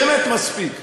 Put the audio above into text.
באמת מספיק.